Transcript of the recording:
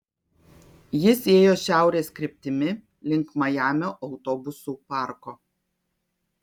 jis ėjo šiaurės kryptimi link majamio autobusų parko